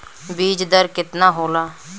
बीज दर केतना होला?